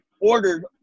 ordered